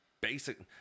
Basic